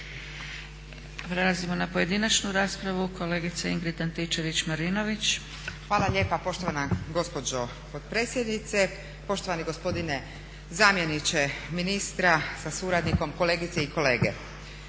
na pojedinačnu raspravu.